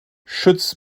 schütz